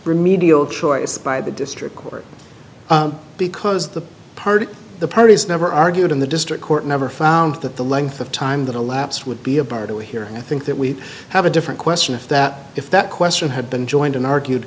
remedial choice by the district court because the party the parties never argued in the district court never found that the length of time that elapsed would be a bar to hear and i think that we have a different question if that if that question had been joined and argued